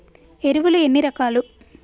ఎరువులు ఎన్ని రకాలు?